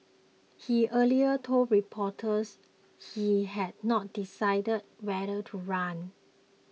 he earlier told reporters he had not decided whether to run